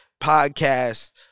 podcast